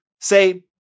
say